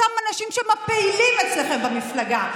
אותם אנשים שהם הפעילים אצלכם במפלגה.